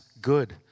good